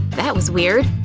that was weird.